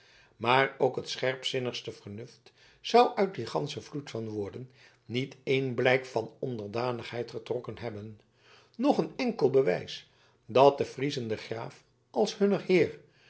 maar ook het scherpzinnigste vernuft zou uit dien ganschen vloed van woorden niet één blijk van onderdanigheid getrokken hebben noch een enkel bewijs dat de friezen den graaf als hunnen heer